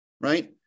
right